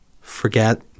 forget